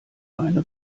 eine